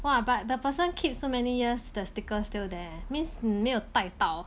!wah! but the person keep so many years the sticker still there means 没有带到